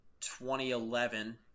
2011